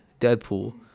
Deadpool